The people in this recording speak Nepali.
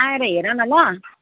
आएर हेर न ल